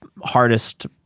hardest